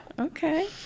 Okay